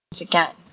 again